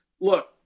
Look